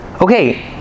Okay